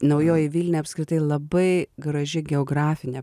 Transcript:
naujoji vilnia apskritai labai graži geografine